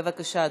בבקשה,